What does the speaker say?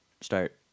start